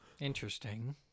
Interesting